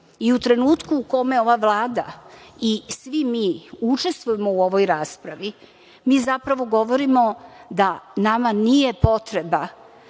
I u trenutku u kome ova Vlada i svi mi učestvujemo u ovoj raspravi mi zapravo govorimo da nama nije potreba